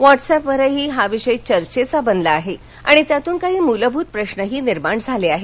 व्हॉट्स up वरही हा विषय चर्वेचा बनला आहे आणि त्यातून काही मूलभूत प्रश्नही निर्माण झाले आहेत